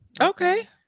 okay